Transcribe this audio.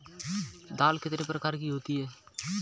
दाल कितने प्रकार की होती है?